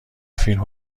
فیلم